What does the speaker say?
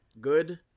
good